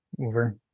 Over